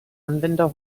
anwender